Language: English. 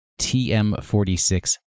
TM46